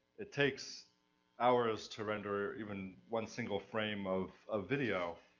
it takes hours to render even one single frame of, of video,